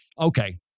Okay